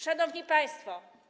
Szanowni Państwo!